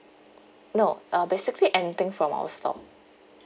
no uh basically anything from our store